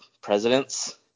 presidents